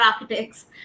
architects